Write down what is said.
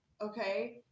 okay